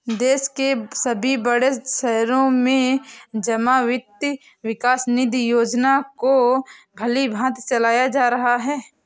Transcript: देश के सभी बड़े शहरों में जमा वित्त विकास निधि योजना को भलीभांति चलाया जा रहा है